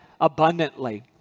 abundantly